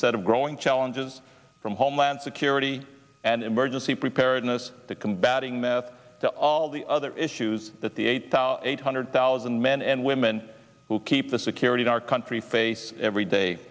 set of growing challenges from homeland security and emergency preparedness to combating meth to all the other issues that the eight thousand eight hundred thousand men and women who keep the security in our country face every day